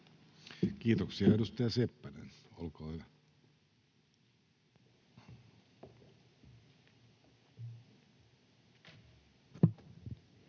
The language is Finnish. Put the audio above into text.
Kiitoksia. — Edustaja Seppänen, olkaa hyvä.